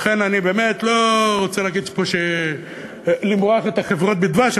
לכן אני באמת לא רוצה למרוח את החברות בדבש,